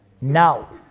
Now